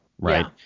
right